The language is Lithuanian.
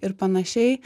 ir panašiai